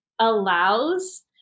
allows